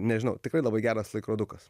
nežinau tikrai labai geras laikrodukas